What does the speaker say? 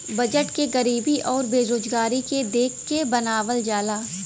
budget के गरीबी आउर बेरोजगारी के देख के बनावल जाला